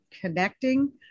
connecting